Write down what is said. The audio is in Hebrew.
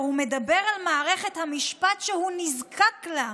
הוא מדבר על מערכת המשפט שהוא נזקק לה.